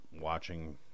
watching